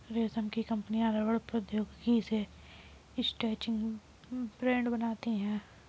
रमेश की कंपनी रबड़ प्रौद्योगिकी से स्ट्रैचिंग बैंड बनाती है